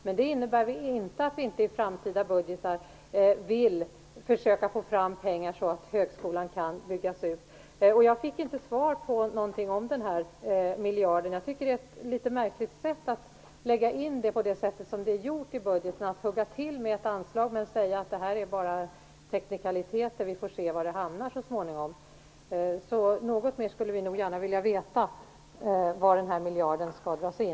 Men det innebär inte att vi inte i framtida budgetar vill försöka få fram pengar så att högskolan kan byggas ut. Jag fick inte något svar angående miljarden. Jag tycker att det är märkligt att man lägger in det på det sätt som man har gjort i budgeten. Man hugger till med ett anslag men säger att det bara är teknikaliteter och att man får se var det så småningom hamnar. Så vi skulle gärna vilja veta mer om var den här miljarden skall dras in.